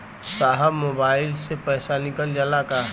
साहब मोबाइल से पैसा निकल जाला का?